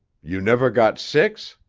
you never got six?